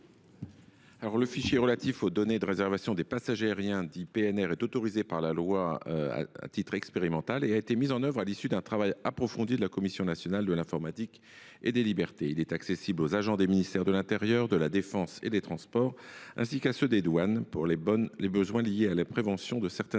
Le fichier relatif aux données de réservation des passagers aériens, dit PNR, est autorisé par la loi à titre expérimental et a été mis en œuvre à l’issue d’un travail approfondi de la Cnil. Il est accessible aux agents des ministères de l’intérieur, de la défense et des transports, ainsi qu’à ceux des douanes pour les besoins liés à la prévention de certaines